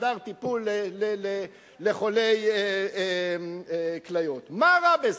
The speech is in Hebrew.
חדר טיפול לחולי כליות, מה רע בזה?